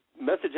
message